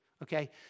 Okay